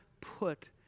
put